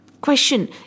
question